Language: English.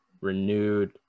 renewed